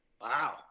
Wow